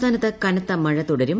സംസ്ഥാനത്ത് കനത്ത മഴ തുടരും